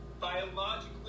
Biologically